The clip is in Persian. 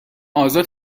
آزاد